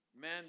man